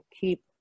keep